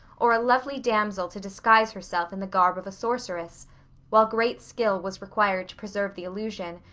or a lovely damsel to disguise herself in the garb of a sorceress while great skill was required to preserve the illusion,